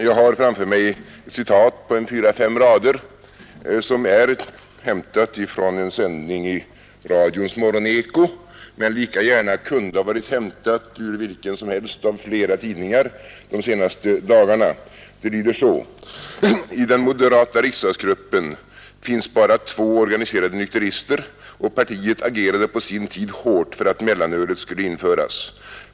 Jag har framför mig 4 å 5 rader som är hämtade från en sändning i radions morgoneko men lika gärna kunde ha varit hämtade ur vilken som helst av flera tidningar de senaste dagarna och som lyder så här: I den moderata riksdagsgruppen finns bara två organiserade nykterister och partiet agerade på sin tid hårt för att mellanölet skulle införas.